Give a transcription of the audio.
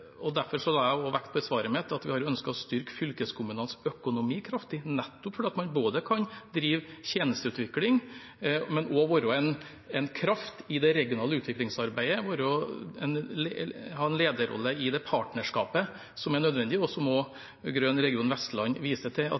Derfor la jeg i svaret mitt vekt på at vi har ønsket å styrke fylkeskommunenes økonomi kraftig, nettopp for at man både kan drive tjenesteutvikling og være en kraft i det regionale utviklingsarbeidet, ha en lederrolle i det partnerskapet som er nødvendig, som også Grøn region Vestland viser til at